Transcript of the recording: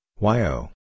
YO